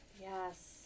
Yes